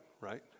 right